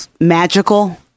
magical